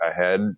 ahead